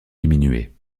diminué